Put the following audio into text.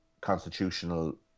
constitutional